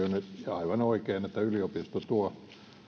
aivan oikein että yliopisto tuo